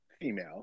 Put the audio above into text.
female